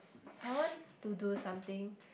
I want to do something